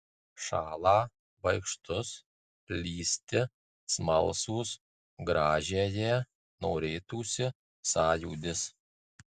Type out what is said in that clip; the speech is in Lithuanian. šąlą baikštus lįsti smalsūs gražiąją norėtųsi sąjūdis